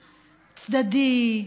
צדדי,